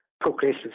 progresses